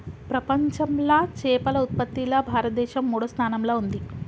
ప్రపంచంలా చేపల ఉత్పత్తిలా భారతదేశం మూడో స్థానంలా ఉంది